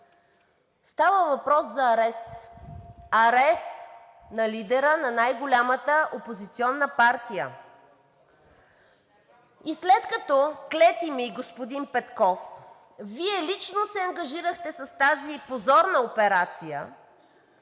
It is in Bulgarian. Става въпрос за арест – арест на лидера на най-голямата опозиционна партия. С след като, клети ми господин Петков, Вие лично се ангажирахте с тази позорна операция,